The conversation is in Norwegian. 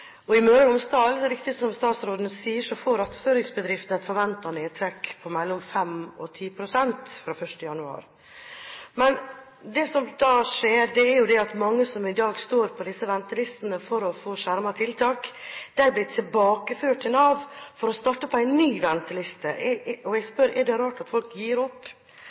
fra 1. januar. Men det som da skjer, er at mange som i dag står på disse ventelistene for å få skjermet tiltak, blir tilbakeført til Nav for å starte på en ny venteliste. Og jeg spør: Er det rart at folk gir opp?